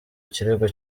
kirego